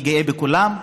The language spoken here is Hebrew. אני גאה בכולם,